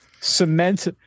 cement